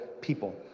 people